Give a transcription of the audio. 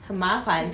很麻烦